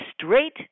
straight